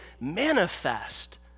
manifest